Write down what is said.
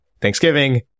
Thanksgiving